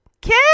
Kid